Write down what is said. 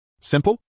Simple